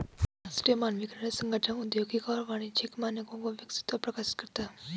अंतरराष्ट्रीय मानकीकरण संगठन औद्योगिक और वाणिज्यिक मानकों को विकसित और प्रकाशित करता है